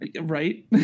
Right